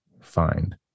find